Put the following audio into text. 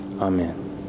Amen